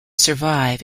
survive